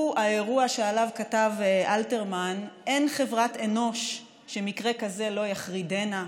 הוא האירוע שעליו כתב אלתרמן: אין חברת אנוש שמקרה כזה לא יחרידנה.